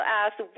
asked